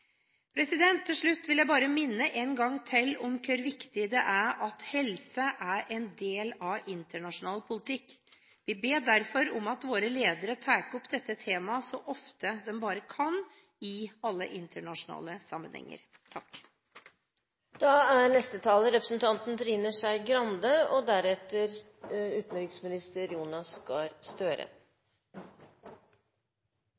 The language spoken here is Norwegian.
Til slutt vil jeg bare minne en gang til om hvor viktig det er at helse er en del av internasjonal politikk. Vi ber derfor om at våre ledere tar opp dette temaet så ofte de bare kan i alle internasjonale sammenhenger.